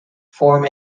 form